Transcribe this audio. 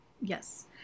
Yes